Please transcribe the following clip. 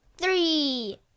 Three